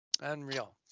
unreal